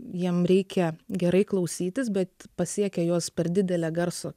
jiem reikia gerai klausytis bet pasiekia juos per didelė garso